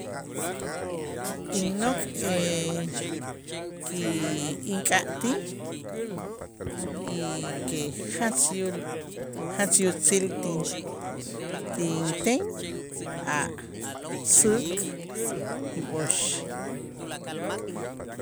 A' innok' ki ink'atij y que jach yul jach yutzil ti- ti inten a' säk y b'ox.